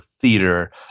theater